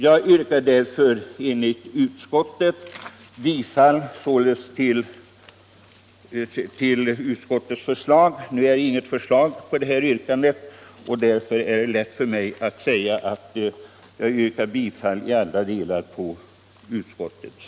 Eftersom det inte har ställts något egentligt yrkande på denna punkt är det lätt för mig att i alla delar yrka bifall till utskottets hemställan.